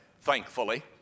thankfully